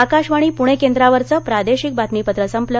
आकाशवाणी पुणे केंद्रावरचं प्रादेशिक बातमीपत्र संपलं